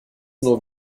nur